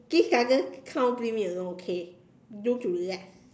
please doesn't come bring me along okay do to relax